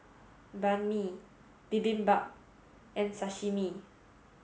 Banh Mi Bibimbap and Sashimi